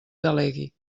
delegui